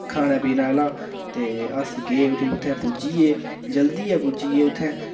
खाना पीने आह्ला ते अस गे उठी उत्थें पुज्जी गे जल्दी गै पुज्जी गै उत्थें पुज्जना हा